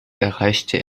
erreichte